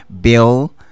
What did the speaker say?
bill